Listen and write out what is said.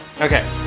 Okay